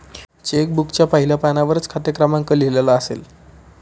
check बुकच्या पहिल्या पानावरच खाते क्रमांक लिहिलेला असेल